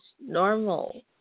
normal